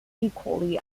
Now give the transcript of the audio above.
equally